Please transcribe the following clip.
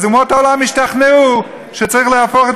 אז אומות העולם השתכנעו שצריך להפוך את